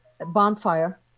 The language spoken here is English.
bonfire